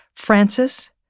Francis